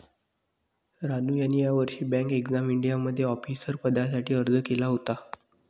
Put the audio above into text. रानू यांनी यावर्षी bank exam इंडियामध्ये ऑफिसर पदासाठी अर्ज केला होता